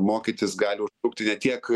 mokytis gali užtrukti ne tiek